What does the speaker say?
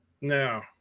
no